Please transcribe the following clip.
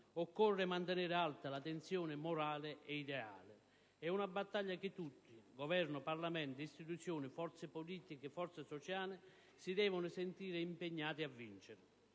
occorre mantenere alta la tensione morale ed ideale. È una battaglia che tutti - Governo, Parlamento, istituzioni, forze politiche, forze sociali - si devono sentire impegnati a vincere.